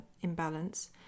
imbalance